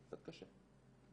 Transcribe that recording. קצת קשה.